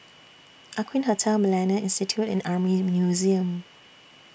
Aqueen Hotel Millennia Institute and Army Museum